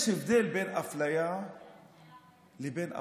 יש הבדל בין אפליה לבין אפרטהייד.